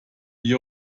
wie